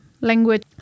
language